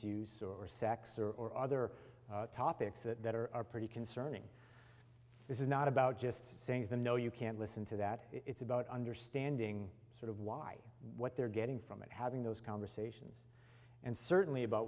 use or sex or or other topics that are are pretty concerning this is not about just saying the no you can't listen to that it's about understanding sort of why what they're getting from it having those conversations and certainly about